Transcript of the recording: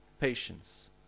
patience